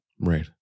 Right